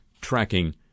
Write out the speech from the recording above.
tracking